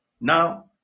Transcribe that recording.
Now